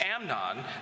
Amnon